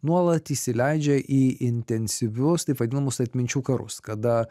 nuolat įsileidžia į intensyvius taip vadinamus atminčių karus kada